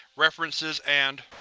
references, and